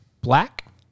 black